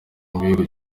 igihugu